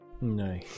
No